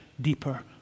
deeper